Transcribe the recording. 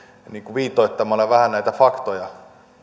viitoittamana vähän näitä faktoja